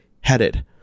headed